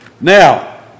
Now